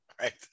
right